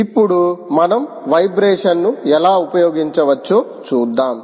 ఇప్పుడు మనం వైబ్రేషన్ను ఎలా ఉపయోగించవచ్చో చూద్దాం